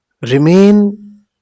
remain